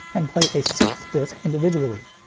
and play a sixth disc individually.